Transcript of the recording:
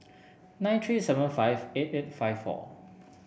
nine three seven five eight eight five four